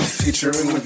featuring